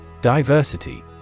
Diversity